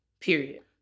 period